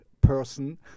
person